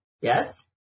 Yes